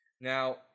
Now